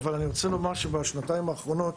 אבל אני רוצה לומר שבשנתיים האחרונות,